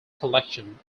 collection